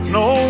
no